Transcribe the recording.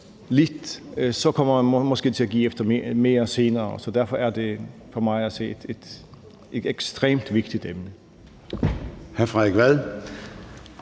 efter, kommer man måske til at give mere efter senere, så derfor er det for mig at se et ekstremt vigtigt emne.